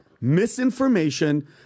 misinformation